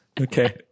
okay